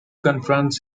confronts